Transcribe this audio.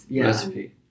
recipe